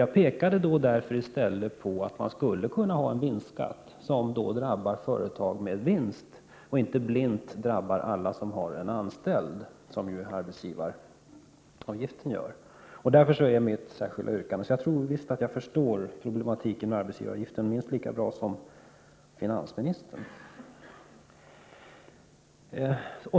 Jag pekade också på att man i stället skulle kunna ha en vinstskatt som drabbade företag som gör vinst och som inte blint drabbar alla som har en anställd, vilket ju arbetsgivaravgiften gör. Det är anledningen till mitt särskilda yrkande. Jag tror alltså att jag förstår problematiken med arbetsgivaravgiften minst lika bra som finansministern.